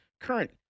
current